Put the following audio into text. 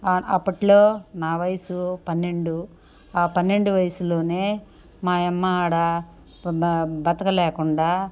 అప్పట్లో నా వయసు పన్నెండు పన్నెండు వయసులోనే మా అమ్మ అక్కడ బ బతకలేకుండా